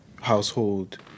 household